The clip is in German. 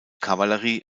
kavallerie